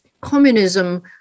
communism